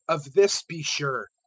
of this be sure,